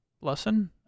lesson